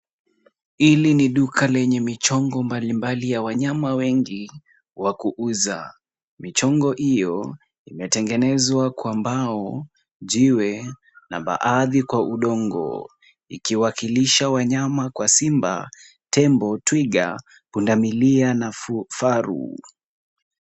Hili ni duka lenye michongo mbalimbali ya wanyama wengi wa kuuza, michongo hiyo imetengenezwa kwa mbao, jiwe, na baadhi kwa udongo, ikiwakilisha wanyama kwa simba, tembo, twiga, punda milia na faru.